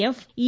F E